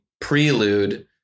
prelude